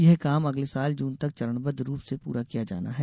यह काम अगले साल जून तक चरणबद्व रूप से पूरा किया जाना है